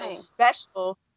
special